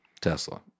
Tesla